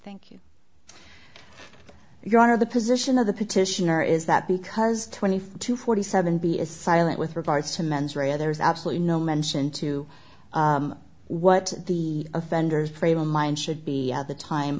thank you your honor the position of the petitioner is that because twenty five to forty seven b is silent with regards to mens rea others absolutely no mention to what the offender's frame of mind should be at the time